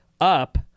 up